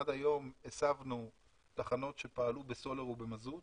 עד היום הסבנו לגז תחנות שפעלו בסולר ובמזוט